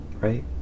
right